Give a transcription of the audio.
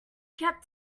kept